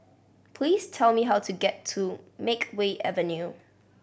please tell me how to get to Makeway Avenue